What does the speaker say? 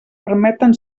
permeten